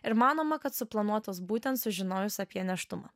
ir manoma kad suplanuotos būtent sužinojus apie nėštumą